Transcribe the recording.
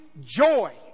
joy